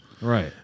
Right